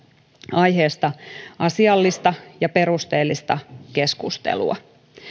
aiheesta asiallista ja perusteellista keskustelua